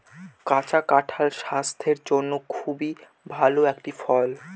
কাঁচা কাঁঠাল স্বাস্থের জন্যে খুব ভালো একটি ফল